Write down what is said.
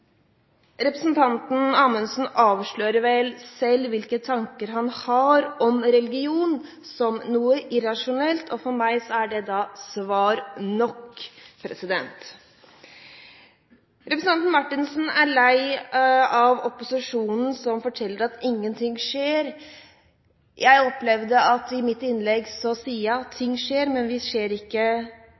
Representanten Amundsen avslører vel selv hvilke tanker han har om religion som noe irrasjonelt, og for meg er det da svar nok. Representanten Marthinsen er lei av opposisjonen som forteller at ingenting skjer. I mitt innlegg sier jeg at ting skjer, men det skjer ikke